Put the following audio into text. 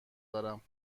دارم